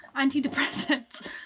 Antidepressants